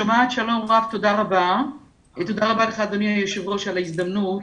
תודה רבה לך אדוני היושב ראש על ההזדמנות.